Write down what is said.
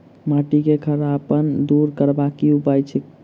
माटि केँ खड़ापन दूर करबाक की उपाय थिक?